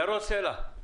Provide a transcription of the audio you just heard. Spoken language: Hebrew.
ירון סלע.